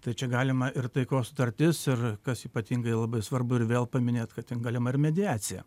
tai čia galima ir taikos sutartis ir kas ypatingai labai svarbu ir vėl paminėt kad galima ir mediacija